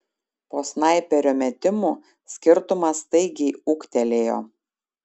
po snaiperio metimų skirtumas staigiai ūgtelėjo